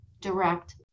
Direct